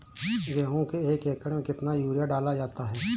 गेहूँ के एक एकड़ में कितना यूरिया डाला जाता है?